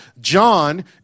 John